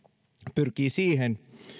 pyrkii siihen